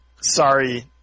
Sorry